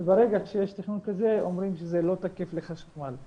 וברגע שיש תכנון כזה אומרים שזה לא תקף לחשמל.